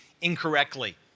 incorrectly